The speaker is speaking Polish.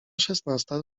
szesnasta